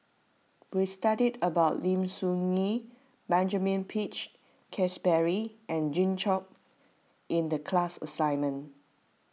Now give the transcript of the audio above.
we studied about Lim Soo Ngee Benjamin Peach Keasberry and Jimmy Chok in the class assignment